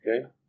Okay